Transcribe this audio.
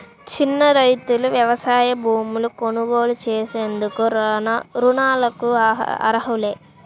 చిన్న రైతులు వ్యవసాయ భూములు కొనుగోలు చేసేందుకు రుణాలకు అర్హులా?